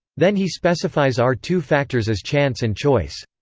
then he specifies our two factors as chance and choice.